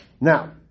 Now